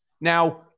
Now